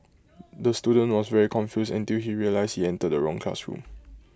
the student was very confused until he realised he entered the wrong classroom